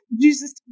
Jesus